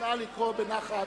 נא לקרוא בנחת.